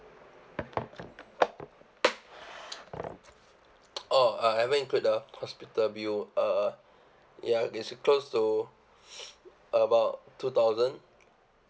oh I haven't include the hospital bill uh ya it's close to about two thousand